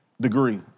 degree